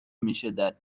میشدن